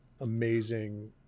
amazing